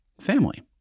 family